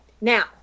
Now